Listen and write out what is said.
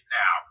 now